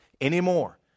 anymore